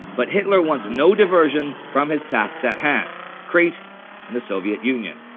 but hitler wants no diversion from his tasks at hand crete and the soviet union.